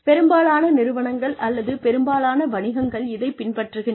பெரும்பாலான நிறுவனங்கள் அல்லது பெரும்பாலான வணிகங்கள் இதைப் பின்பற்றுகின்றன